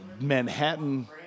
Manhattan